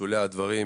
בשולי הדברים,